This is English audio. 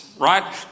Right